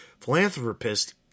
philanthropist